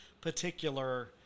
particular